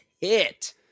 hit